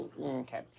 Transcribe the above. okay